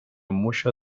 mucho